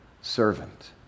servant